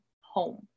home